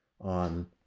on